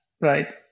right